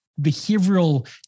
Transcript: behavioral